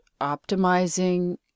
optimizing